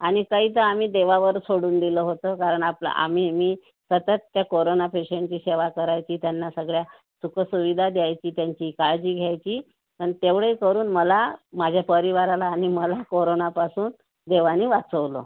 आणि ताई तर आम्ही देवावर सोडून दिलं होतं कारण आपलं आम्ही मी सतत त्या कोरोना पेशंटची सेवा करायची त्यांना सगळ्या सुखसुविधा द्यायची त्यांची काळजी घ्यायची आणि तेवढंही करून मला माझ्या परिवाराला आणि मला कोरोनापासून देवाने वाचवलं